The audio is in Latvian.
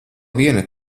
viena